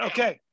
Okay